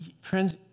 Friends